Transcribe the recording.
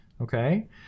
Okay